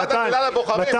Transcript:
הוא עמד במילה לבוחרים?